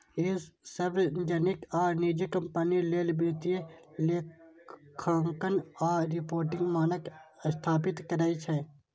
ई सार्वजनिक आ निजी कंपनी लेल वित्तीय लेखांकन आ रिपोर्टिंग मानक स्थापित करै छै